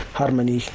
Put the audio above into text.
Harmony